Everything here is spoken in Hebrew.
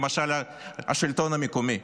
למשל השלטון המקומי.